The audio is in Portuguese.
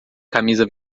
camisa